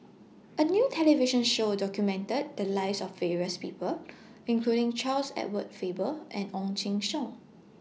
A New television Show documented The Lives of various People including Charles Edward Faber and Ong Jin Teong